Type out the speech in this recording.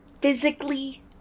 physically